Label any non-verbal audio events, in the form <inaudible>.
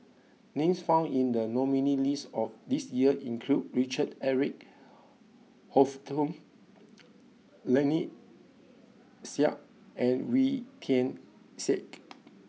names found in the nominees' list this year include Richard Eric <noise> Holttum <noise> Lynnette Seah and Wee Tian Siak